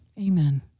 Amen